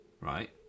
right